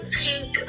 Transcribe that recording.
pink